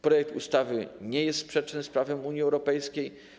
Projekt ustawy nie jest sprzeczny z prawem Unii Europejskiej.